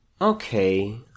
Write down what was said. Okay